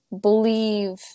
believe